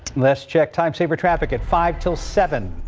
let's check time saver traffic at five till seven.